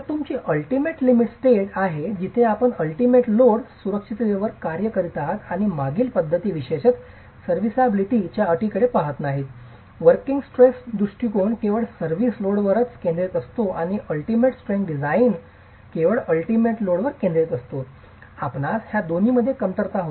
तर तुमची ultimate limit state आहे जिथे आपण अलटीमेट लोड सुरक्षिततेवर कार्य करीत आहात आणि मागील पद्धती विशेषतः सर्विसबिलिटी च्या अटींकडे पहात नाहीत वोर्किंग स्ट्रेस दृष्टीकोन केवळ सर्व्हिस लोडवरच केंद्रित असतो आणि अलटीमेट स्ट्रेंग्थ डिसाईन केवळ अलटीमेट लोड केंद्रित असतो आपणास त्या दोन्हीमध्ये कमतरता होती